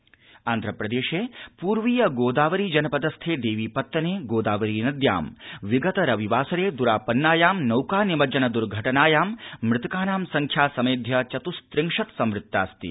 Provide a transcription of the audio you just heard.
आन्धप्रदेश नौकादर्घटना आन्ध्रप्रदेशो पूर्वीय गोदावरी जनपद स्थे देवीपत्तने गोदावरी नद्यां विगत रविवासरे द्रापन्नायां नौका निमज्जन द्र्घटनायां मृतकानां संख्या समेध्य चत्स्विंशत् संवृत्तास्ति